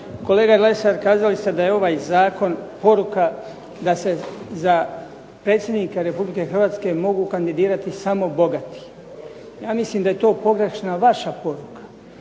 Kolega Lesar, kazali ste da je ovaj zakon poruka da se za predsjednika Republike Hrvatske mogu kandidirati samo bogati. Ja mislim da je to pogrešna vaša poruka.